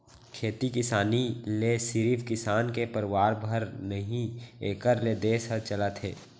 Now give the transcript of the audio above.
खेती किसानी ले सिरिफ किसान के परवार भर नही एकर ले देस ह चलत हे